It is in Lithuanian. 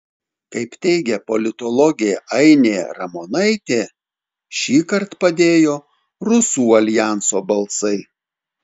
kaip teigia politologė ainė ramonaitė šįkart padėjo rusų aljanso balsai